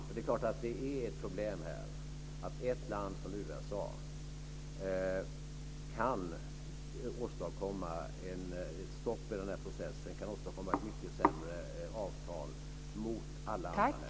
Men det är klart att det är problem att ett land som USA kan åstadkomma ett stopp i processen, kan åstadkomma ett mycket sämre avtal mot alla andra länder.